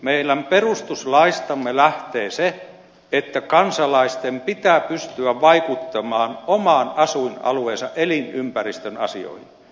meidän perustuslaistamme lähtee se että kansalaisten pitää pystyä vaikuttamaan oman asuinalueensa elinympäristön asioihin